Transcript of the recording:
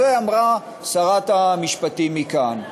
את זה אמרה שרת המשפטים מכאן.